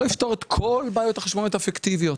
יפתור את כל בעיות החשבוניות הפיקטיביות